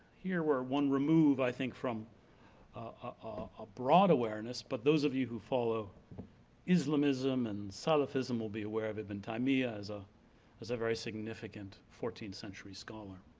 here we're one remove i think from a broad awareness, but those of you who follow islamism and salafism will be aware of ibn taymiyya as ah as a very significant fourteenth century scholar.